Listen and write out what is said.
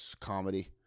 comedy